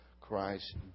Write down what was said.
Christ